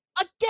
again